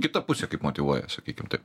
kita pusė kaip motyvuoja sakykim taip